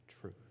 truth